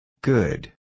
Good